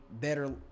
better